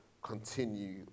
Continue